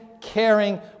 caring